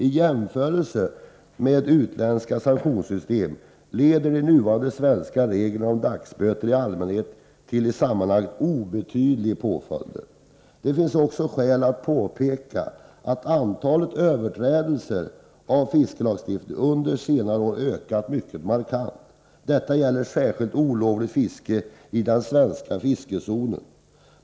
I jämförelse med utländska sanktionssystem leder de nuvarande svenska reglerna om dagsböter i allmänhet till i sammanhanget obetydliga påföljder. Det finns också skäl att påpeka att antalet överträdelser av fiskelagstiftningen under senare år ökat mycket markant. Detta gäller särskilt olovligt fiske i den svenska fiskezonen.